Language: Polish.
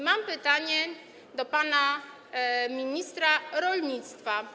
Mam pytanie do pana ministra rolnictwa.